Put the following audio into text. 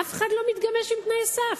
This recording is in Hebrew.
אף אחד לא מתגמש עם תנאי סף.